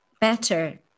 better